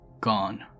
gone